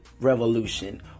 revolution